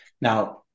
Now